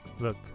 look